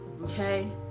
okay